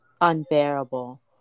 unbearable